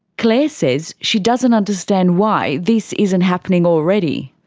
claire says she doesn't understand why this isn't happening already.